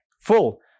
full